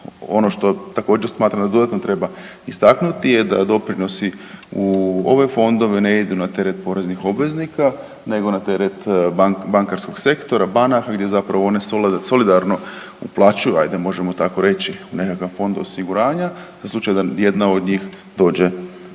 Ono što također, smatram da dodatno treba istaknuti je da doprinosi u ove fondove ne idu na teret poreznih obveznika nego na teret bankarskog sektora, banaka gdje one solidarno uplaćuju, ajde, možemo tako reći u nekakav fond osiguranja, za slučaj da jedna od njih dođe